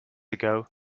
ago